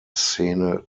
szene